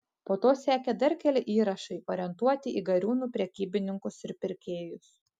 po to sekė dar keli įrašai orientuoti į gariūnų prekybininkus ir pirkėjus